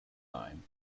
time